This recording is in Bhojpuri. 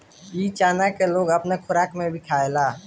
इ चना के लोग अपना खोराक में भी खायेला